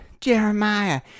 Jeremiah